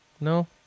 No